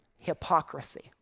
hypocrisy